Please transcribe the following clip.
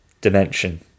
dimension